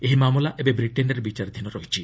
ଏହି ମାମଲା ଏବେ ବ୍ରିଟେନ୍ରେ ବିଚାରାଧୀନ ରହିଛି